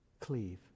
Cleave